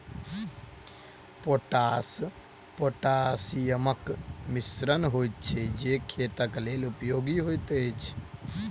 potash पोटासियमक मिश्रण होइत छै जे खेतक लेल उपयोगी होइत अछि